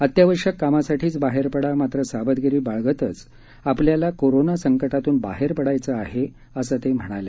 अत्यावश्यक कामासाठीच बाहेर पडा मात्र सावधगिरी बाळगतचं आपल्याला कोरोना संकटातून बाहेर पडायचं आहे असं ते म्हणाले